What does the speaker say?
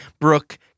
Brooke